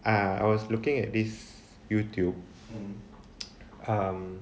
ah I was looking at this youtube um